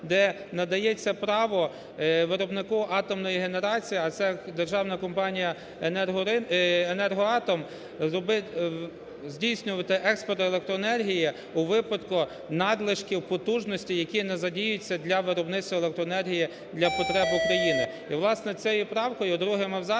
де надається право виробнику атомної генерації, а це Державна компанія "Енергоатом" здійснювати експорт електроенергії у випадку надлишків потужності, які не задіюються для виробництва електроенергії для потреб України. І, власне, цією правкою другим абзацом